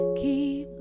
keep